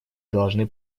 должны